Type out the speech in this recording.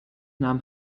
nahm